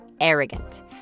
arrogant